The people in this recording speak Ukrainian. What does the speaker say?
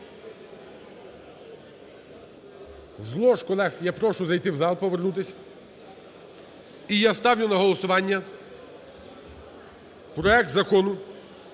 З лож колег я прошу зайти в зал, повернутись. І я ставлю на голосування проект Закону